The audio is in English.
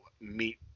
meet